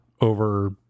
over